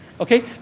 ok?